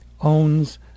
owns